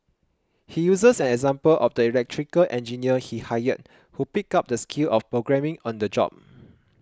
he uses an example of the electrical engineers he hired who picked up the skill of programming on the job